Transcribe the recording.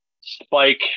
Spike